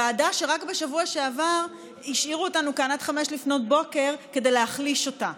ועדה שרק בשבוע שעבר השאירו אותנו כאן עד 05:00 כדי להחליש אותה.